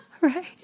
Right